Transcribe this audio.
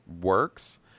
works